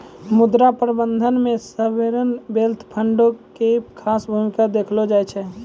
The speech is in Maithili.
मुद्रा प्रबंधन मे सावरेन वेल्थ फंडो के खास भूमिका देखलो जाय छै